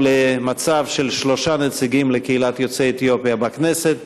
למצב של שלושה נציגים לקהילת יוצאי אתיופיה בכנסת.